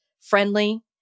friendly